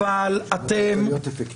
רוצים להיות אפקטיביים.